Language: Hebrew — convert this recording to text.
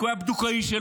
כי הוא היה בדוקאי שלו,